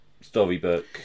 storybook